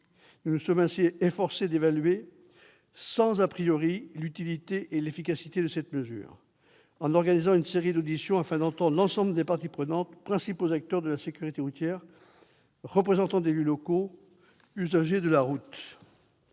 Nous nous sommes ainsi efforcés d'évaluer, sans, l'utilité et l'efficacité de cette mesure en organisant une série d'auditions, afin d'entendre l'ensemble des parties prenantes : principaux acteurs de la sécurité routière, représentants d'élus locaux, usagers de la route